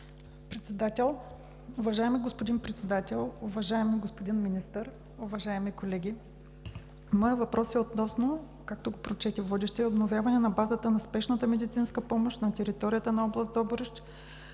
Председател. Уважаеми господин Председател, уважаеми господин Министър, уважаеми колеги! Моят въпрос е относно, както го прочете водещият, обновяване на базата на Спешната медицинска помощ на територията на област Добрич